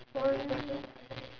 one